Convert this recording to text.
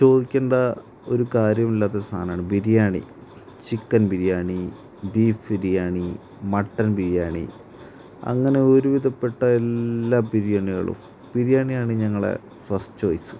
ചോദിക്കണ്ട ഒരു കാര്യവുമില്ലാത്ത ഒരു സാധനമാണ് biryani chicken biryani beef biryani mutton biryani അങ്ങനെ ഒരു വിധപ്പെട്ട എല്ലാ ബിരിയാണികളും ബിരിയാണിയാണ് ഞങ്ങളുടെ ഫസ്റ്റ് ചോയ്സ്